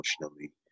emotionally